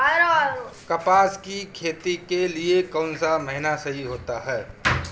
कपास की खेती के लिए कौन सा महीना सही होता है?